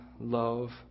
love